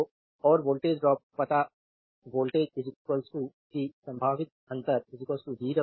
तो और voltage drop पता वोल्टेज कि संभावित अंतर dw dq